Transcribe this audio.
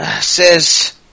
says